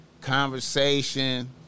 conversation